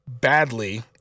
badly